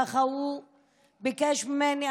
ככה הוא ביקש ממני.